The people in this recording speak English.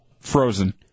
Frozen